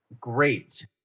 great